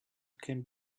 can